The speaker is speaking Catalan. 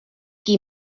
qui